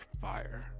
fire